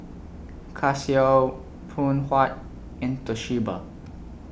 Casio Phoon Huat and Toshiba